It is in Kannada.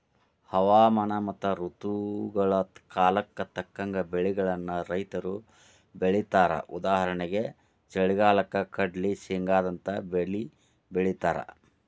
ಹವಾಮಾನ ಮತ್ತ ಋತುಗಳ ಕಾಲಕ್ಕ ತಕ್ಕಂಗ ಬೆಳಿಗಳನ್ನ ರೈತರು ಬೆಳೇತಾರಉದಾಹರಣೆಗೆ ಚಳಿಗಾಲಕ್ಕ ಕಡ್ಲ್ಲಿ, ಶೇಂಗಾದಂತ ಬೇಲಿ ಬೆಳೇತಾರ